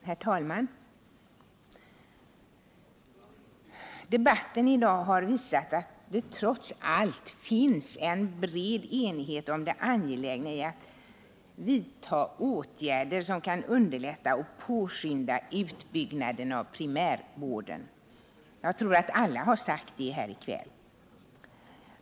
Herr talman! Debatten i dag har visat att det trots allt finns en bred enighet om det angelägna i att vidta åtgärder som kan underlätta och påskynda utbyggnaden av primärvården. Jag tror att alla har talat för det här i kväll.